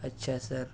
اچھا سر